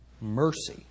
mercy